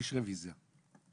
התשפ"ב 2022,